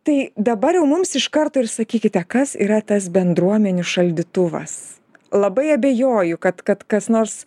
a tai dabar jau mums iš karto ir sakykite kas yra tas bendruomenių šaldytuvas labai abejoju kad kad kas nors